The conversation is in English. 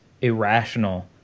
irrational